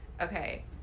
okay